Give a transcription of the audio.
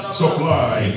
supply